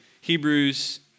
Hebrews